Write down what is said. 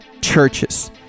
Churches